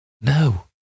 No